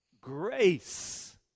grace